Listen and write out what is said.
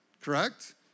Correct